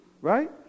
right